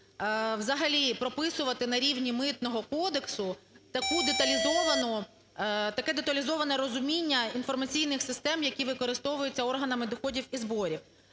взагалі прописувати на рівні Митного кодексу таке деталізоване розуміння інформаційних систем, які використовуються органами доходів і зборів.